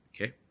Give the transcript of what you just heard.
Okay